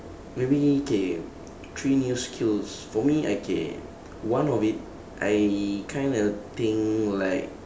maybe okay three new skills for me okay one of it I kinda think like